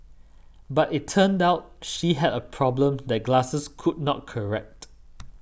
but it turned out she had a problem that glasses could not correct